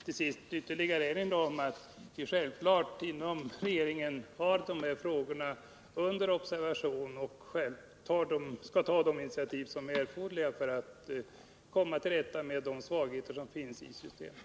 Till sist vill jag än en gång erinra om att regeringen självfallet har dessa frågor under observation och att vi skall ta de initiativ som är erforderliga för att komma till rätta med de svagheter som finns i systemet.